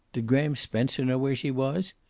did graham spencer know where she was?